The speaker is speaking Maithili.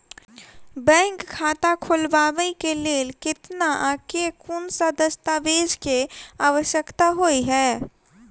बैंक खाता खोलबाबै केँ लेल केतना आ केँ कुन सा दस्तावेज केँ आवश्यकता होइ है?